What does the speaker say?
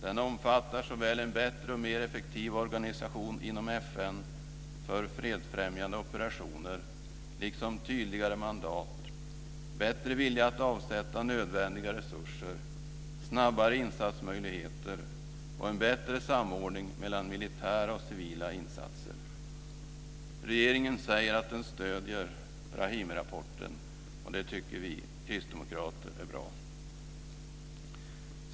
Den omfattar en bättre och mer effektiv organisation inom FN för fredsfrämjande operationer liksom tydligare mandat, bättre vilja att avsätta nödvändiga resurser, snabbare insatsmöjligheter och en bättre samordning mellan militära och civila insatser. Regeringen säger att den stöder Brahimirapporten, och det tycker vi kristdemokrater är bra.